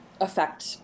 affect